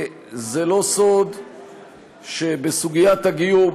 זה לא סוד שבסוגית הגיור,